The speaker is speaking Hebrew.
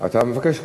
אתה מבקש,